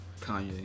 Kanye